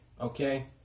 okay